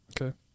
Okay